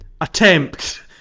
attempt